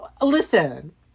Listen